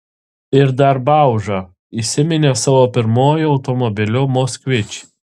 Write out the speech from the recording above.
ir dar bauža įsiminė savo pirmuoju automobiliu moskvič